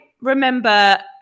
remember